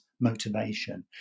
motivation